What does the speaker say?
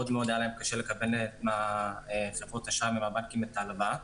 להם קשה מאוד מאוד לקבל מהבנקים את ההלוואה.